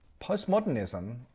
Postmodernism